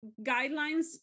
guidelines